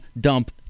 dump